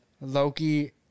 Loki